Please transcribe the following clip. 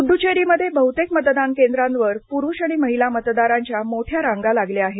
पुद्दुचेरीमध्ये बहुतेक मतदान केंद्रांवर पुरुष आणि महिला मतदारांच्या मोठ्या रांगा लागल्या आहेत